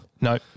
No